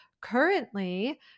currently